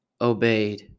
obeyed